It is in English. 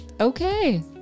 okay